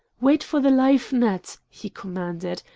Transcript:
wait for the life-net! he commanded.